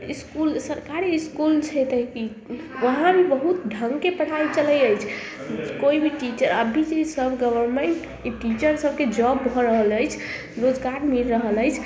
school सरकारी school छै तऽ की वहाँ भी बहुत ढंगके पढ़ाइ चलै अछि कोइ भी टीचर अभी जे सब गवर्मेंट ई टीचर सबके जॉब भऽ रहल अछि रोजगार मिल रहल अछि